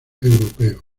europeos